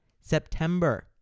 september